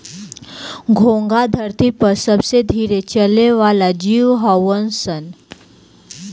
घोंघा धरती पर सबसे धीरे चले वाला जीव हऊन सन